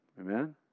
Amen